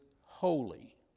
holy